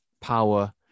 power